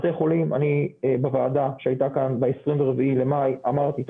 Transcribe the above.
בתי חולים בוועדה שהייתה כאן ב-24 במאי אמרתי: